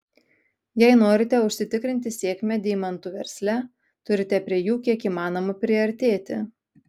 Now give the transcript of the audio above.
jei norite užsitikrinti sėkmę deimantų versle turite prie jų kiek įmanoma priartėti